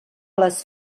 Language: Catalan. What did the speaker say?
les